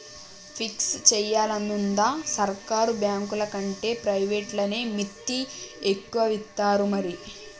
fix జేయాలనుందా, సర్కారు బాంకులకంటే ప్రైవేట్లనే మిత్తి ఎక్కువిత్తరు మరి